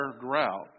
drought